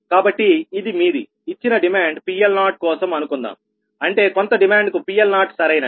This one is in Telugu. కాబట్టి ఇది మీది ఇచ్చిన డిమాండ్ PL0 కోసం అనుకుందాం అంటే కొంత డిమాండ్కు PL0 సరైనది